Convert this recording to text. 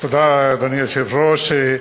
אדוני היושב-ראש,